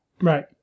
Right